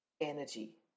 energy